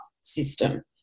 system